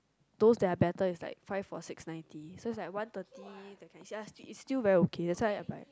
those that are better is like five for six ninety so is like one thirty is just is still very okay that's why I buy